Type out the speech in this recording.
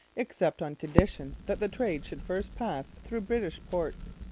except on condition that the trade should first pass through british ports.